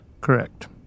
Correct